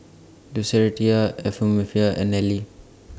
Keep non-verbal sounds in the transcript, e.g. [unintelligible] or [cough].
Lucretia [unintelligible] and Nellie